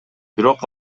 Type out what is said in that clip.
бирок